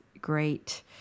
great